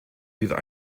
wieder